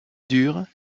dure